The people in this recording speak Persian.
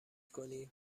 کنی